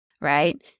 Right